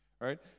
right